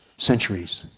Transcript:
centuries.